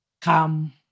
come